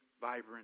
vibrant